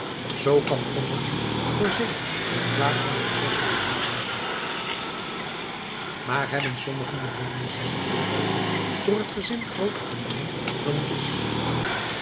zoo kan gonda nu voor zeven inplaats van voor zes man brood halen maar hebben sommigen de bonmeesters niet bedrogen door het gezin grooter te noemen dan het is